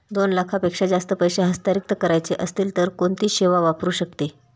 दोन लाखांपेक्षा जास्त पैसे हस्तांतरित करायचे असतील तर कोणती सेवा वापरू शकतो?